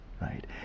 Right